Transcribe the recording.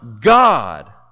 God